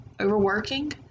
overworking